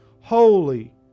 holy